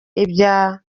ibya